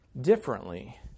differently